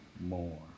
More